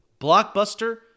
Blockbuster